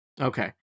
Okay